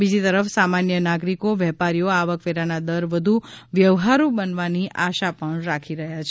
બીજી તરફ સામાન્ય નાગરિકો વેપારીઓ આવકવેરાના દર વધુ વ્યવહારૂ બનવાની આશા પણ રાખી રહ્યાં છે